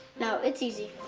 no, it's easy.